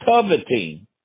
Coveting